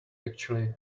actually